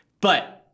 But-